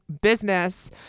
business